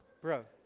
bro.